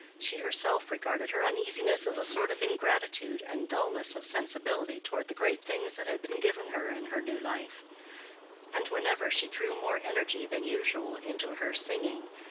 she herself regarded her uneasiness as a sort of ingratitude and dullness of sensibility toward the great things that had been given her in her new life and whenever she threw more energy than usual into her singing,